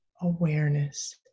awareness